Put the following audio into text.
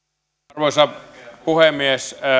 arvoisa puhemies